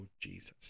jesus